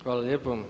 Hvala lijepo.